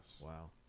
Wow